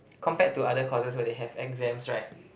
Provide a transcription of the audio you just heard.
compared to other courses where they have exams right